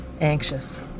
anxious